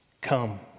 come